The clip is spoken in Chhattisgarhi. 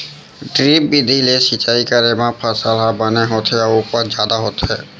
ड्रिप बिधि ले सिंचई करे म फसल ह बने होथे अउ उपज जादा होथे